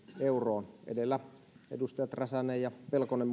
euroon edellä muun muassa edustajat räsänen ja pelkonen